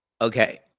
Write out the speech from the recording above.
okay—